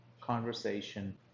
conversation